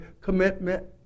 Commitment